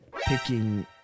picking